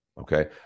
okay